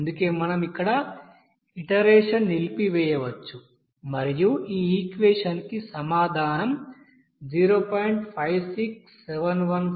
అందుకే మనం ఇక్కడ ఇటరేషన్ నిలిపివేయవచ్చు మరియు ఈ ఈక్వెషన్ కి సమాధానం 0